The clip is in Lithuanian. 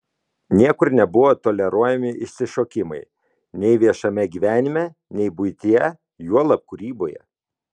niekur nebuvo toleruojami išsišokimai nei viešame gyvenime nei buityje juolab kūryboje